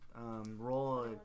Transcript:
Roll